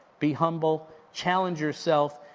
be humble, challenge yourself,